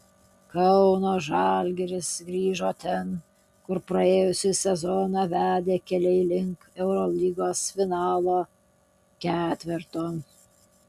kauno žalgiris grįžo ten kur praėjusį sezoną vedė keliai link eurolygos finalo ketverto